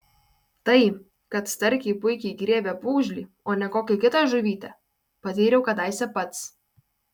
tai kad starkiai puikiai griebia pūgžlį o ne kokią kitą žuvytę patyriau kadaise pats